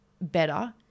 better